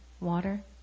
water